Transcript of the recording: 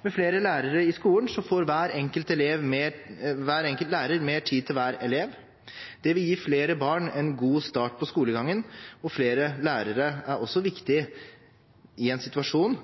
Med flere lærere i skolen får hver enkelt lærer mer tid til hver elev. Det vil gi flere barn en god start på skolegangen. Flere lærere er også viktig i en situasjon